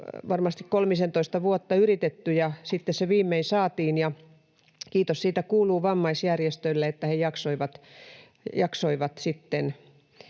kolmisentoista vuotta yritetty, ja sitten se viimein saatiin. Kiitos siitä kuuluu vammaisjärjestöille, että he jaksoivat meitä